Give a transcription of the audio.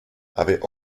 avait